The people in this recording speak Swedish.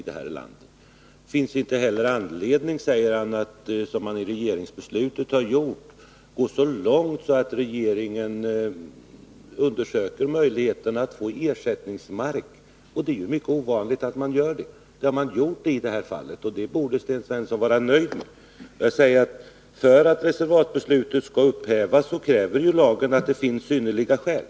Det finns inte heller anledning, säger han, att som man i regeringsbeslutet har gjort gå så långt att regeringen undersöker möjligheterna att få ersättningsmark. Att regeringen gjort så i detta fall borde Sten Svensson vara nöjd med. För att reservatsbeslutet skall upphävas kräver lagen att det finns synnerliga skäl.